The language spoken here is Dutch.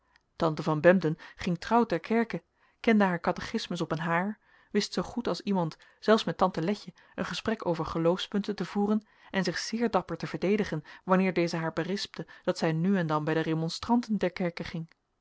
tante van bempden ging trouw ter kerke kende haar catechismus op een haar wist zoo goed als iemand zelfs met tante letje een gesprek over geloofspunten te voeren en zich zeer dapper te verdedigen wanneer deze haar berispte dat zij nu en dan bij de remonstranten ter kerke ging